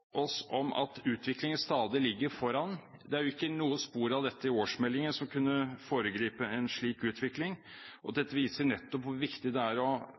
på at utviklingen stadig ligger foran. Det er ikke noen spor av dette i årsmeldingene – som kunne foregrepet en slik utvikling. Dette viser nettopp hvor viktig det er å